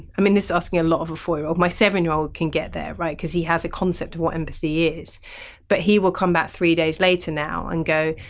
i mean this asking a lot of a four year old. my seven year old can get there, because he has a concept of what empathy is but he will come back three days later now and go,